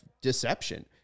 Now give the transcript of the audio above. deception